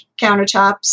countertops